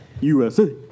USA